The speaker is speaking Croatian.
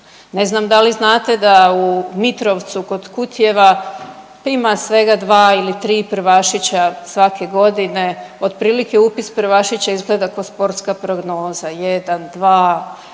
Ne znam da li znate da u Mitrovcu kod Kutjeva pa ima svega 2 ili 3 prvašića svake godine, otprilike upis prvašića izgleda ko sportska prognoza 1, 2.